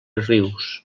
rius